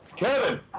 Kevin